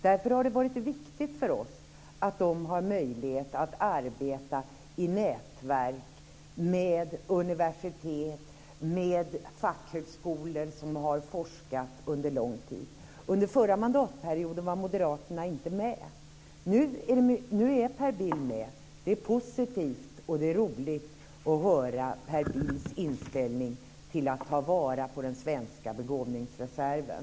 Därför har det varit viktigt för oss att de har möjlighet att arbeta i nätverk med universitet och med fackhögskolor som har forskat under lång tid. Under förra mandatperioden var Moderaterna inte med. Nu är Per Bill med. Det är positivt och det är roligt att höra Per Bills inställning till att ta vara på den svenska begåvningsreserven.